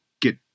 get